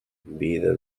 vida